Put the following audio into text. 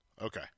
Okay